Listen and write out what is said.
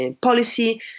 policy